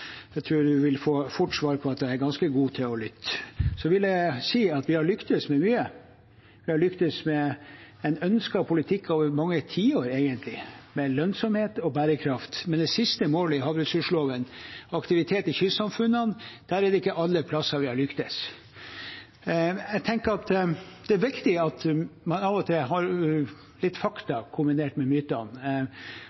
jeg tror at hvis Arbeiderpartiets representant spør ute i næringen, vil hun fort få svar om at jeg er ganske god til å lytte. Jeg vil si at vi har lyktes med mye. Vi har lyktes med en ønsket politikk over mange tiår, egentlig, med lønnsomhet og bærekraft. Men når det gjelder det siste målet i havressursloven, aktivitet i kystsamfunnene, er det ikke alle steder vi har lyktes. Jeg tenker at det er viktig at man av og til har litt fakta